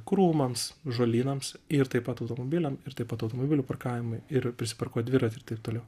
krūmams žolynams ir taip pat automobiliam ir taip pat automobilių parkavimui ir prisiparkuot dviratį ir taip toliau